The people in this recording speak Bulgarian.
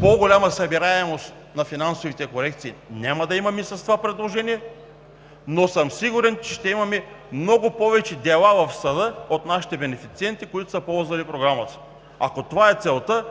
По-голяма събираемост на финансовите корекции няма да имаме с това предложение, но съм сигурен ще се имаме много повече дела в съда от нашите бенефициенти, които са ползвали програмата. Ако това е целта